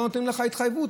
לא נותנים לך התחייבות,